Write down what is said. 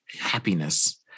happiness